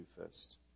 first